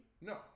No